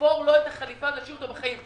לתפור לו את החליפה ולהשאיר אותו בחיים.